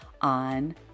on